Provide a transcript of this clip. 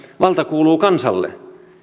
valta kuuluu kansalle